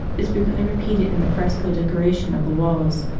is frequently repeated in the fresco decora tion of the walls.